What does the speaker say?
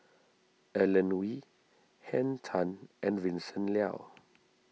Alan Oei Henn Tan and Vincent Leow